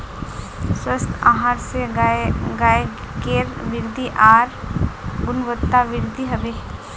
स्वस्थ आहार स गायकेर वृद्धि आर गुणवत्तावृद्धि हबे